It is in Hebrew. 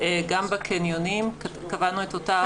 גם בקניונים קבענו את אותה הוראה.